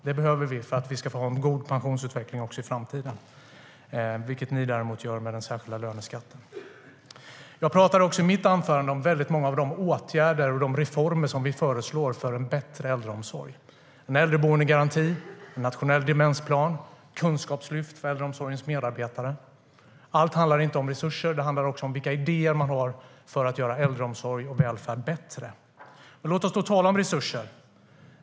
Det behöver vi för att vi ska ha en god pensionsutveckling också i framtiden. Ni gör det däremot med den särskilda löneskatten. Låt oss då tala om resurser.